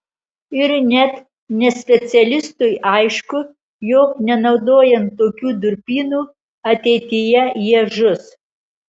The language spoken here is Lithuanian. ir net nespecialistui aišku jog nenaudojant tokių durpynų ateityje jie žus